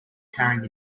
carrying